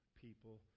people